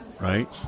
right